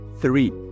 three